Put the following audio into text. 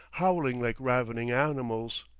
howling like ravening animals.